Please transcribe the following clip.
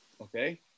Okay